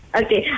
okay